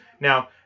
Now